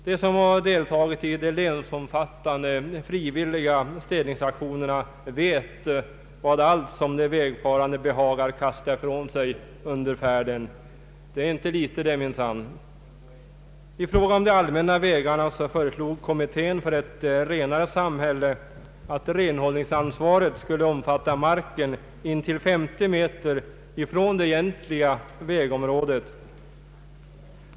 De som deltagit i de länsomfattande frivilliga städaktionerna vet vad allt de vägfarande behagar kasta ifrån sig under färden — det är minsann inte litet. I fråga om de allmänna vägarna föreslog Kommittén för ett renare samhälle att renhållningsansvaret skulle omfatta marken intill 50 meter från det egentliga vägområdet.